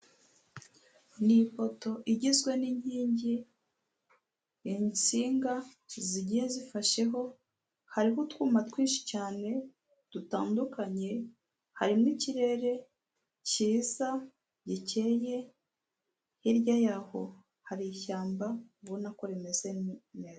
Ni ifoto igizwe n'inkingi, insinga zigiye zifasheho, hariho utwuma twinshi cyane dutandukanye, hari n'ikirere cyiza, gikeye, hirya yaho hari ishyamba ubonako ko rimeze neza.